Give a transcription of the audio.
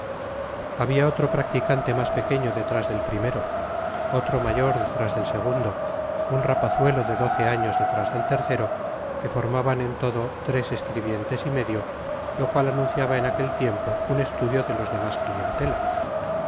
habia otro practicante mas pequeño detrás del primero otro mayor detrás del segundo un rapazuelo de doce años detrás del tercero que formaban en todo tres escribientes y medio lo cual anunciaba en aquel tiempo un estudio de los de mas clientela